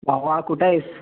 भावा कुठं आहेस